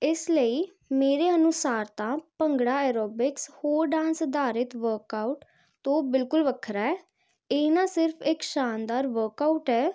ਇਸ ਲਈ ਮੇਰੇ ਅਨੁਸਾਰ ਤਾਂ ਭੰਗੜਾ ਐਰੋਬਿਕਸ ਹੋਰ ਡਾਂਸ ਅਧਾਰਿਤ ਵਰਕਆਊਟ ਤੋਂ ਬਿਲਕੁਲ ਵੱਖਰਾ ਹੈ ਇਹ ਨਾ ਸਿਰਫ ਇੱਕ ਸ਼ਾਨਦਾਰ ਵਰਕਆਊਟ ਹੈ